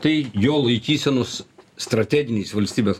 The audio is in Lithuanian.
tai jo laikysenos strateginiais valstybės